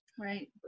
Right